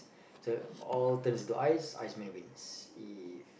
so all turns into ice iceman wins if